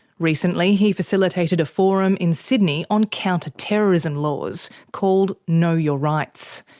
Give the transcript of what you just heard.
recently he facilitated a forum in sydney on counter-terrorism laws, called know your rights.